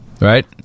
Right